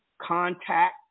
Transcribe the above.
contact